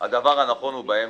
הדבר הנכון הוא באמצע.